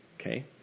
Okay